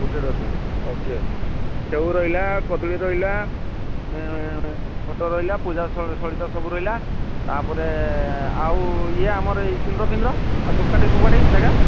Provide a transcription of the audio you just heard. ଗୋଟେ ଡଜନ୍ ଓ କେ ସେଉ ରହିଲା କଦଳୀ ରହିଲା ଫଟୋ ରହିଲା ପୂଜା ସ ସଳିତା ସବୁ ରହିଲା ତାପରେ ଆଉ ଇଏ ଆମର ଏଇ ସିନ୍ଦୁର ଫିନ୍ଦୁର ଆଉ ଧୂପକାଠି ଫୁଫକାଠି ସେଗୁଡା